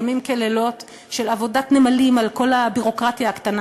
ימים ולילות של עבודת נמלים על כל הביורוקרטיה הקטנה